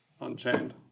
Unchained